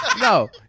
No